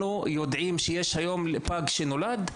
אנחנו יודעים שהיום פג שנולד,